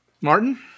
martin